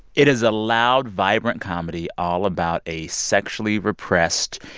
it is a loud, vibrant comedy all about a sexually repressed,